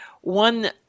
one